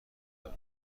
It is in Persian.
دارد